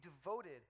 devoted